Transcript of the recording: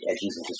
Jesus